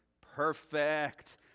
Perfect